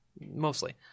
Mostly